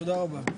תודה רבה.